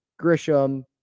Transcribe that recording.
Grisham